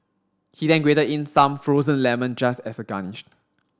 he then grated in some frozen lemon just as a garnish